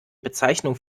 bezeichnung